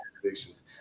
predictions